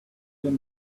good